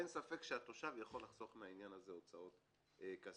אין ספק שהתושב יכול לחסוך מהעניין הזה הוצאות כספיות.